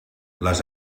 les